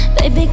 Baby